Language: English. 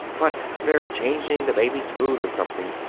but they're changing the baby's food or something,